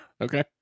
okay